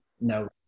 no